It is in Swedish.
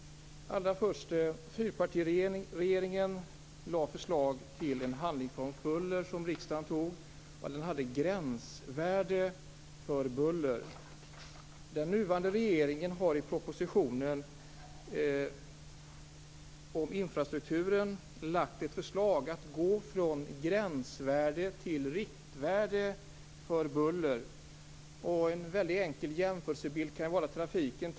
Fyrpartiregeringen lade fram förslag till en handlingsplan mot buller som riksdagen sedan tog. Den innehöll ett gränsvärde för buller. Nuvarande regering lägger i sin proposition om infrastrukturen fram ett förslag om att gå från gränsvärde till riktvärde för buller. En enkel jämförelse kan gälla trafiken.